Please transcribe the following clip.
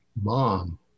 Mom